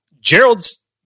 Gerald's